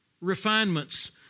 refinements